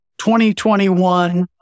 2021